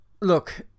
look